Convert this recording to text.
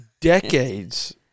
Decades